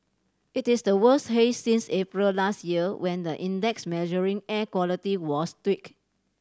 it is the worst haze since April last year when the index measuring air quality was tweaked